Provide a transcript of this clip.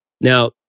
Now